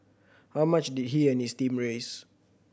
how much did he and his team raise